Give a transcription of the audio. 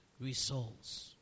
results